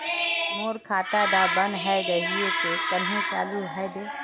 मोर खाता डा बन है गहिये ते कन्हे चालू हैबे?